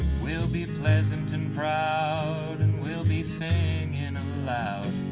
we'll be pleasant and proud and, we'll be singin' aloud